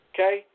Okay